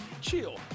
CHILL